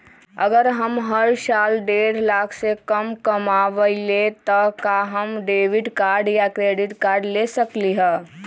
अगर हम हर साल डेढ़ लाख से कम कमावईले त का हम डेबिट कार्ड या क्रेडिट कार्ड ले सकली ह?